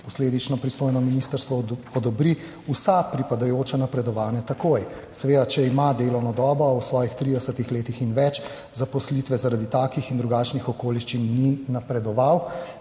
posledično pristojno ministrstvo odobri vsa pripadajoča napredovanja takoj? Seveda če ima delovno dobo, a v svojih 30 letih in več zaposlitve zaradi takih in drugačnih okoliščin ni napredoval.